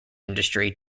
industry